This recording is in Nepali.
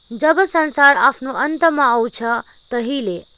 जब संसार आफ्नो अन्तमा आउँछ तहिले